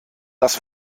das